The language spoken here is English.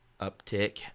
uptick